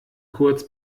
kurz